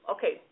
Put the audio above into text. Okay